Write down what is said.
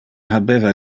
habeva